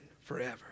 forever